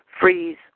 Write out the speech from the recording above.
freeze